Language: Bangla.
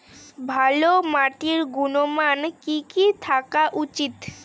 ভালো মাটির গুণমান কি কি থাকা উচিৎ?